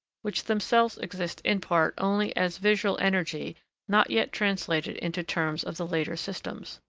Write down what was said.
which themselves exist in part only as visual energy not yet translated into terms of the later systems.